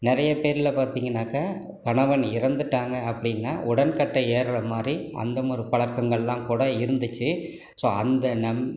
நிறைய பேரில் பார்த்திங்கனாக்க கணவன் இறந்துட்டாங்க அப்படின்னா உடன்கட்டை ஏறுற மாதிரி அந்த ஒரு பழக்கங்கள்லாம் கூட இருந்துச்சு ஸோ அந்த நம்